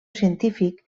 científic